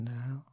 now